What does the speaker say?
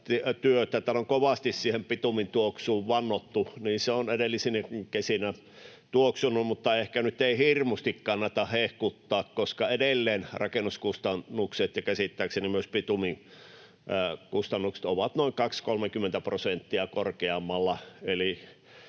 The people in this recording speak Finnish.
Täällä on kovasti siihen bitumin tuoksuun vannottu. Niin se on edellisinäkin kesinä tuoksunut, mutta ehkä nyt ei hirmusti kannata hehkuttaa, koska edelleen rakennuskustannukset ja käsittääkseni myös bitumin kustannukset ovat noin 20—30 prosenttia korkeammalla.